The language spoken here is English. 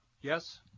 Yes